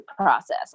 process